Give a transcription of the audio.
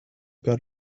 got